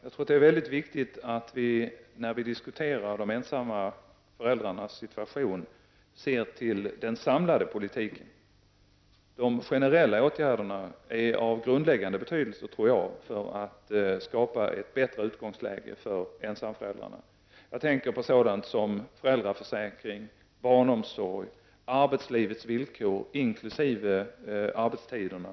Herr talman! När vi diskuterar de ensamma föräldrarnas situation är det väldigt viktigt att vi ser till den samlade politiken. Jag tror att de generella åtgärderna är av grundläggande betydelse för att skapa ett bättre utgångsläge för de ensamma föräldrarna. Jag tänker då på sådant som föräldraförsäkring, barnomsorg och arbetslivets villkor inkl. arbetstiderna.